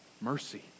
Mercy